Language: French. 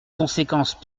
conséquences